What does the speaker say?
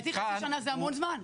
חצי שנה זה המון הזמן.